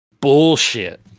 bullshit